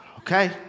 Okay